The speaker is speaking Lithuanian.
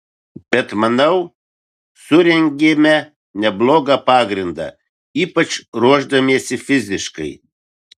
bet manau surentėme neblogą pagrindą ypač ruošdamiesi fiziškai